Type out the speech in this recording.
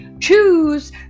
choose